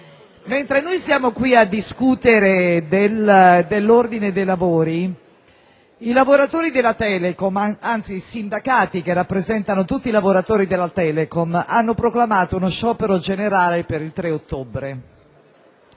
Mentre noi siamo riuniti a discutere dell'ordine dei lavori, i sindacati che rappresentano tutti i lavoratori della Telecom hanno proclamato uno sciopero generale per il 3 ottobre.